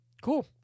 Cool